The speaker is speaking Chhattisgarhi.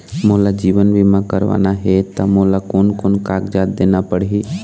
मोला जीवन बीमा करवाना हे ता मोला कोन कोन कागजात देना पड़ही?